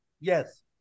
Yes